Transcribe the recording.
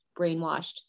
brainwashed